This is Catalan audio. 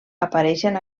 apareixen